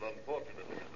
Unfortunately